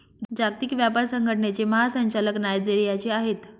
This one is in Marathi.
जागतिक व्यापार संघटनेचे महासंचालक नायजेरियाचे आहेत